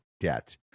debt